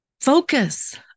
Focus